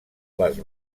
les